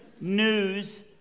news